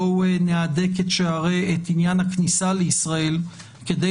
בואו נהדק את עניין הכניסה לישראל כדי